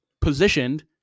positioned